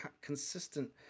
consistent